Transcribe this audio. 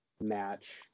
match